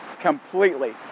completely